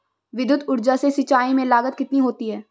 विद्युत ऊर्जा से सिंचाई में लागत कितनी होती है?